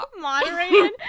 moderated